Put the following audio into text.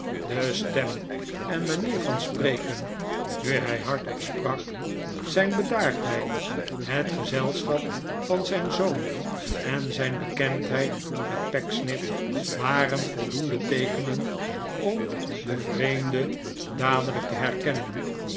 de stem en manier van spreken nu hij hardop sprak zijn bedaardheid het gezelschap van zijn zoon en zijn bekendheid met pecksniff waren voldoende teekenen om den vreemde dadelijk te herkennen